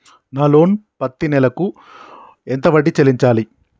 నా లోను పత్తి నెల కు ఎంత వడ్డీ చెల్లించాలి?